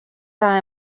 байгаа